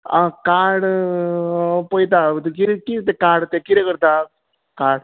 आ card पळयता हांव कितें तें कार्ड तें कितें करता कार्ड